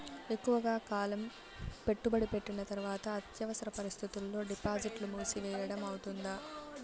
ఎక్కువగా కాలం పెట్టుబడి పెట్టిన తర్వాత అత్యవసర పరిస్థితుల్లో డిపాజిట్లు మూసివేయడం అవుతుందా?